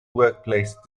workplace